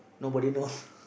nobody knows